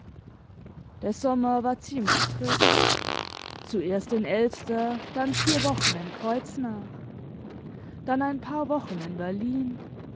der sommer war ziemlich trist zuerst in elster dann vier wochen in kreuznach dann ein paar wochen in berlin